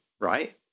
right